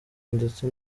ndetse